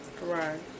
Right